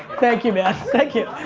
thank you man, thank you.